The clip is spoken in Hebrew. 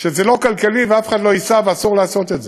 שזה לא כלכלי, אף אחד לא ייסע ואסור לעשות את זה.